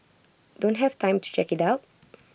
don't have the time to check IT out